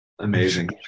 amazing